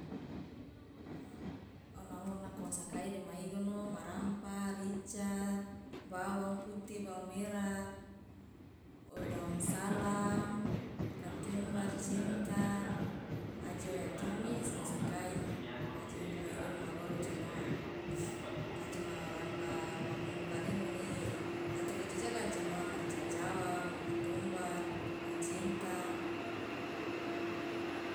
onamoro nako wo sakai dema igono ma rampa rica bawang putih bawang merah o daong salam katumbar jinta aje ja tumis ja sakai aje huku ma igono ma goro jo noa aje ma rampa ma bumbu karing mene i ato dei jojaka ja nowa ma rica jawa ma katumbar ma jinta.